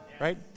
Right